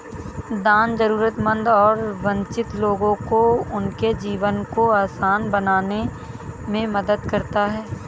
दान जरूरतमंद और वंचित लोगों को उनके जीवन को आसान बनाने में मदद करता हैं